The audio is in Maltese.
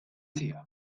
tiegħek